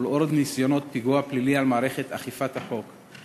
ולנוכח ניסיונות פיגוע פלילי על מערכת אכיפת החוק,